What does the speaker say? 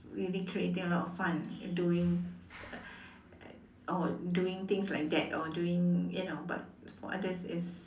really creating a lot of fun and doing uh or doing things like that or doing you know but for others it's